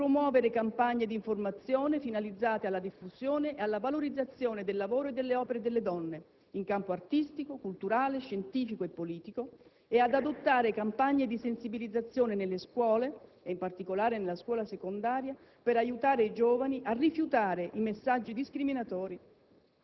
di promuovere campagne di informazione finalizzate alla diffusione e alla valorizzazione del lavoro e delle opere delle donne in campo artistico, culturale, scientifico e politico, e ad adottare campagne di sensibilizzazione nelle scuole, e in particolare nella scuola secondaria, per aiutare i giovani a rifiutare i messaggi discriminatori